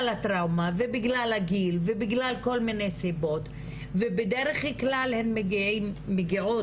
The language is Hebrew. הטראומה ובגלל הגיל ובגלל כל מיני סיבות ובדרך כלל הן מגיעות